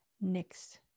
Next